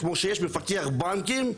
כמו שיש מפקח בנקים,